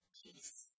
peace